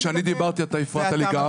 כשאני דיברתי אתה הפרעת לי גם.